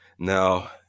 Now